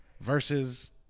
versus